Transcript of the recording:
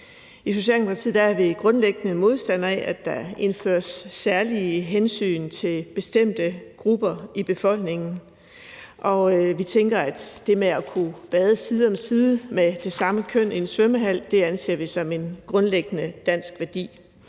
I Socialdemokratiet er vi grundlæggende modstandere af, at der indføres særlige hensyn til bestemte grupper i befolkningen, og vi anser det med at kunne bade side om side med det samme køn i en svømmehal som en grundlæggende dansk værdi,